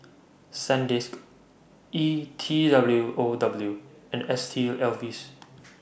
Sandisk E T W O W and S T Ives